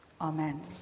Amen